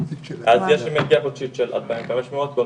מלגה חודשית של אלפיים חמש מאות כל